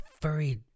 furry